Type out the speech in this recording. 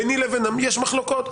ביני לבינם יש מחלוקות.